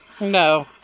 No